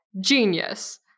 Genius